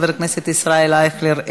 חבר הכנסת ישראל אייכלר,